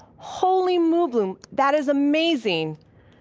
holy moobloom, that is amazing!